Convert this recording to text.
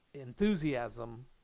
enthusiasm